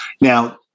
Now